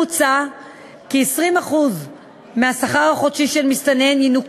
מוצע כי 20% מהשכר החודשי של המסתנן ינוכו